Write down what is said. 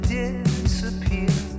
disappear